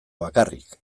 bakarrik